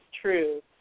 true